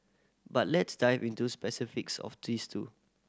but let's dive into specifics of these two